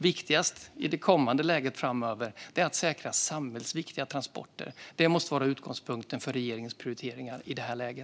Viktigast i det kommande läget är att säkra samhällsviktiga transporter. Det måste vara utgångspunkten för regeringens prioriteringar i detta läge.